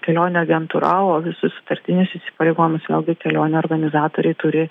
kelionių agentūra o visus sutartinius įsipareigojimus vėlgi kelionių organizatoriai turi